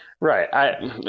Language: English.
Right